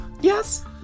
Yes